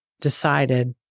decided